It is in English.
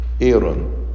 Aaron